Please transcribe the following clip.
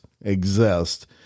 exist